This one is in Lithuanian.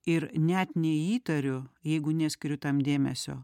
ir net neįtariu jeigu neskiriu tam dėmesio